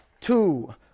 two